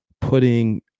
putting